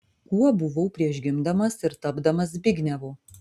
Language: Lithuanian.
kuo buvau prieš gimdamas ir tapdamas zbignevu